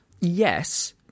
Yes